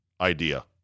idea